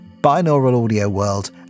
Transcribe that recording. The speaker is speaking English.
binauralaudioworld